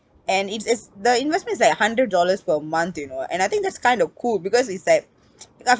and it's it's the investments is like hundred dollars per month you know and I think that's kind of cool because it's like